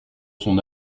son